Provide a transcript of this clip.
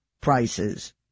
prices